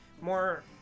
more